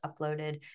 uploaded